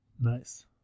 Nice